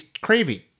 craving